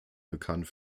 bekannt